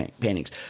paintings